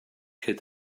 hyd